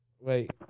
Wait